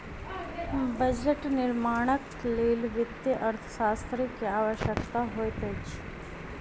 budget निर्माणक लेल वित्तीय अर्थशास्त्री के आवश्यकता होइत अछि